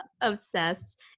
obsessed